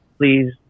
Please